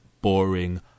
boring